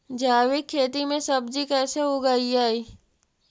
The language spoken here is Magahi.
जैविक खेती में सब्जी कैसे उगइअई?